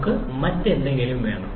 നമുക്ക് മറ്റെന്തെങ്കിലും വേണം